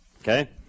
Okay